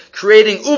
creating